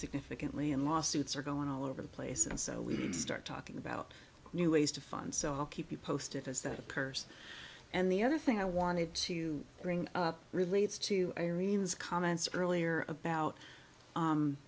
significantly and lawsuits are going all over the place and so we did start talking about new ways to fund so i'll keep you posted as that occurs and the other thing i wanted to bring up relates to irene's comments earlier about